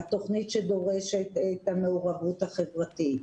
התכנית שדורשת את המעורבות החברתית,